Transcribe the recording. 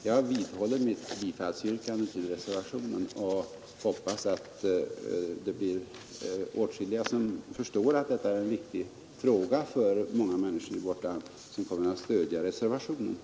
Jag vidhåller mitt yrkande om bifall till reservationen och hoppas att det blir åtskilliga som förstår att detta är en viktig fråga för många människor i vårt land och att de följaktligen kommer att stödja reservationen.